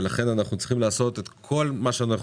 ולכן אנחנו צריכים לעשות את כל מה שאנחנו